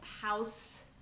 House